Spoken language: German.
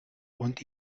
und